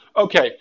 okay